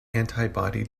antibody